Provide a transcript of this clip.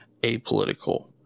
apolitical